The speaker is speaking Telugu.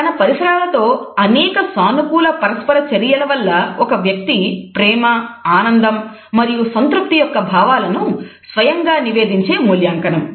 తన పరిసరాల తో అనేక సానుకూల పరస్పర చర్యల వల్ల ఒక వ్యక్తి ప్రేమ ఆనందం మరియు సంతృప్తి యొక్క భావాలను స్వయంగా నివేదించే మూల్యాంకనం